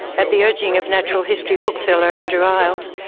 at the urging of natural history bookseller andrew isles,